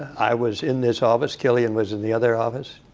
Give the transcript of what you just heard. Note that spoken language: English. i was in this office, killian was in the other office.